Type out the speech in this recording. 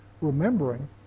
Remembering